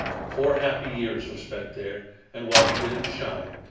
four happy years were spent there and while he didn't shine,